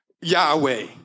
Yahweh